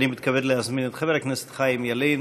אני מתכבד להזמין את חבר הכנסת חיים ילין,